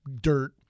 Dirt